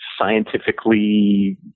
scientifically